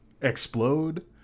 explode